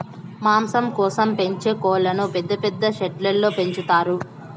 మాంసం కోసం పెంచే కోళ్ళను పెద్ద పెద్ద షెడ్లలో పెంచుతారు